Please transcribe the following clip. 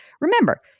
remember